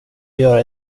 göra